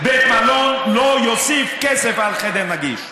בית מלון לא יוסיף כסף על חדר נגיש.